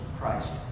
Christ